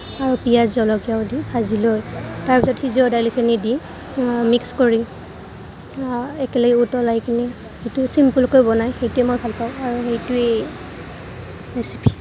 আৰু পিয়াঁজ জলকীয়াও দি ভাজি লৈ তাৰপিছত সিজোৱা দাইলখিনি দি মিক্স কৰি একেলগে উতলাই কিনি যিটো ছিম্পলকৈ বনায় সেইটোৱে মই ভাল পাওঁ আৰু সেইটোৱেই ৰেচিপি